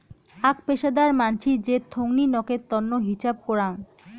আক পেশাদার মানসি যে থোঙনি নকের তন্ন হিছাব করাং